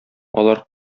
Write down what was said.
алар